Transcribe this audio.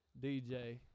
DJ